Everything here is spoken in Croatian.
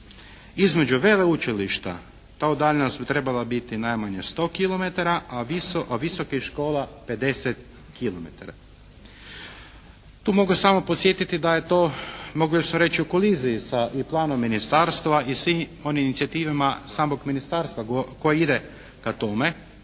Između veleučilišta ta udaljenost bi trebala biti najmanje 100 kilometara a visokih škola 50 kilometara. Tu mogu samo podsjetiti da je to mogli bismo reći u koliziji sa i planom Ministarstva i svim onim inicijativama samog Ministarstva koje ide ka tome